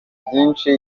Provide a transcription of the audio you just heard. byinshi